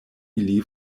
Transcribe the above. ili